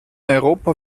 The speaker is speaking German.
europa